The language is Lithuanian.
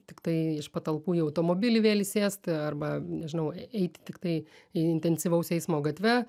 tiktai iš patalpų į automobilį vėl įsėsti arba nežinau eiti tiktai intensyvaus eismo gatve